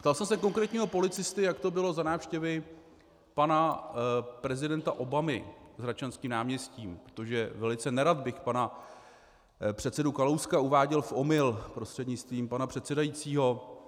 Ptal jsem se konkrétního policisty, jak to bylo za návštěvy pana prezidenta Obamy s Hradčanským náměstím, protože velice nerad bych pana předsedu Kalouska uváděl v omyl prostřednictvím pana předsedajícího.